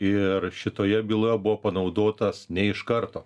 ir šitoje byloje buvo panaudotas ne iš karto